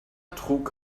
trug